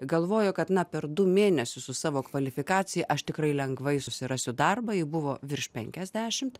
galvojo kad na per du mėnesius su savo kvalifikacija aš tikrai lengvai susirasiu darbą ji buvo virš penkiasdešimt